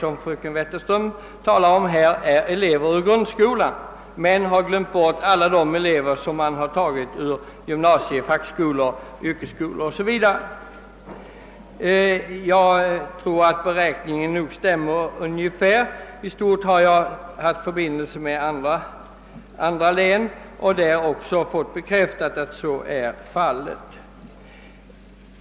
Vad fröken Wetterström åsyftar är grundskoleeleverna, men hon har glömt bort alla elever som kommer från gymnasier, fackskolor, yrkesskolor o.s.v. Min beräkning stämmer «säkerligen ganska väl. Jag har förhört mig om förhållandena i stort också i andra län, och jag har där fått bekräftat att så är fallet.